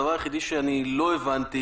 הדבר היחיד שלא הבנתי